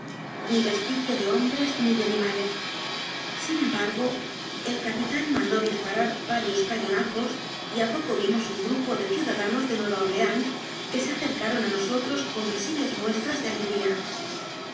ni vestigio de hombres ni de animales sin embargo el capitán mandó dispa rar varios cañonazos y a poco vimos un grupo de ciudadanos de nueva orleáns que se acercaron a nosotros con visibles muestras de alegría